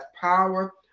power